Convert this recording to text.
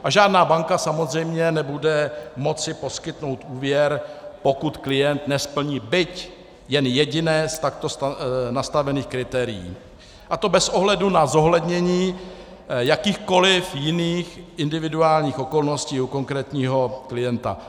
A žádná banka samozřejmě nebude moci poskytnout úvěr, pokud klient nesplní byť jen jediné z takto nastavených kritérií, a to bez ohledu na zohlednění jakýchkoli jiných individuálních okolností u konkrétního klienta.